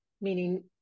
meaning